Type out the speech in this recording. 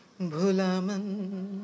bhulaman